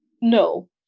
no